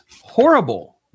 horrible